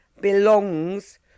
belongs